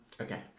Okay